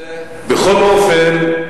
בכל אופן,